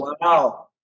Wow